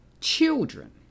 children